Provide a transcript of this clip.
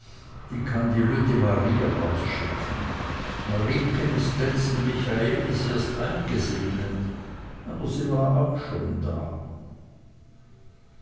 die kann denn die lütte marie rausschicken marieken is letzten michaelis erst eingesegnet aber sie war auch schon da